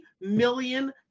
million